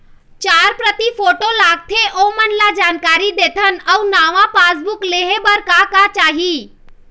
चार प्रति फोटो लगथे ओमन ला जानकारी देथन अऊ नावा पासबुक लेहे बार का का चाही?